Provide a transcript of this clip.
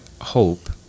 hope